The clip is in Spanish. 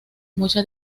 mucha